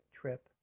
trip